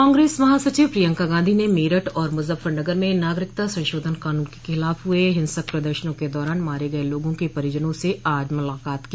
कांग्रेस महासचिव प्रियंका गांधी ने मेरठ और मुजफ्फरनगर में नागरिकता संशोधन कानून के खिलाफ हुये हिंसक प्रदर्शनों के दौरान मारे गये लोगों के परिजनों से आज मुलाकात की